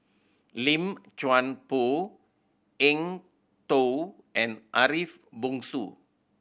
Lim Chuan Poh Eng Tow and Ariff Bongso